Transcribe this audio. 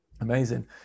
Amazing